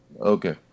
Okay